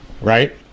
Right